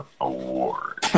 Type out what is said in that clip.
award